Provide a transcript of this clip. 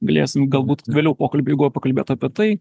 galėsim galbūt vėliau pokalbio eigoj pakalbėt apie tai